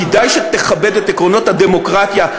כדאי שתכבד את עקרונות הדמוקרטיה,